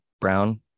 brown